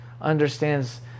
understands